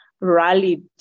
rallied